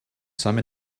some